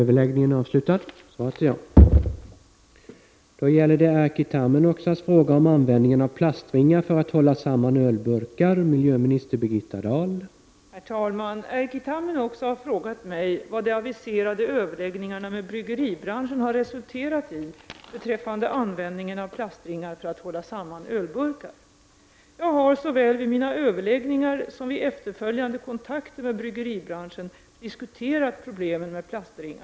De plastringar som används för att binda ihop ölburkar finns forfarande överallt i naturen och plågar bl.a. oskyldiga djur, Vad har de aviserade överläggningarna med bryggeribranschen resulterat i beträffande användningen av plastringar?